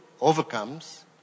overcomes